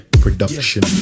production